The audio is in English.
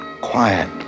quiet